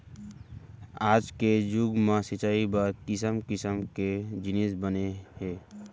आज के जुग म सिंचई बर किसम किसम के जिनिस बने हे